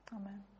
Amen